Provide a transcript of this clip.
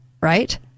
right